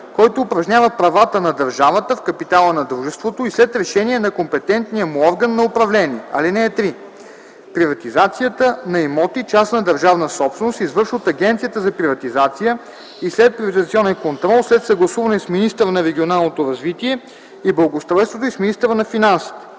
който упражнява правата на държавата в капитала на дружеството и след решение на компетентния му орган на управление. (3) Приватизацията на имоти – частна държавна собственост, се извършва от Агенцията за приватизация и следприватизационен контрол след съгласуване с министъра на регионалното развитие и благоустройството и с министъра на финансите.”